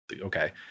Okay